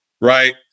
right